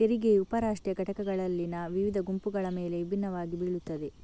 ತೆರಿಗೆಯು ಉಪ ರಾಷ್ಟ್ರೀಯ ಘಟಕಗಳಲ್ಲಿನ ವಿವಿಧ ಗುಂಪುಗಳ ಮೇಲೆ ವಿಭಿನ್ನವಾಗಿ ಬೀಳುತ್ತದೆ